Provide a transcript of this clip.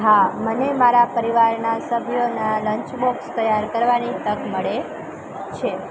હા મને મારા પરિવારના સભ્યોના લંચ બોક્સ તૈયાર કરવાની તક મળે છે